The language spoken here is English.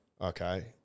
Okay